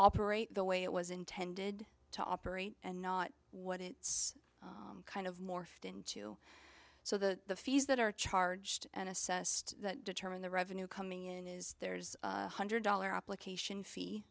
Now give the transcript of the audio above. operate the way it was intended to operate and not what it's kind of morphed into so the fees that are charged and assessed that determine the revenue coming in is there's one hundred dollar application fee